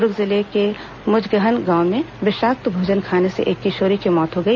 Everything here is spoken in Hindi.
दर्ग जिले के मुजगहन गांव में विषाक्त भोजन खाने से एक किशोरी की मौत हो गई